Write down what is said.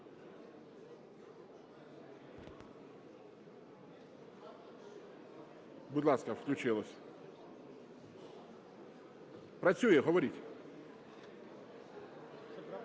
Будь ласка, включилось. Працює, говоріть.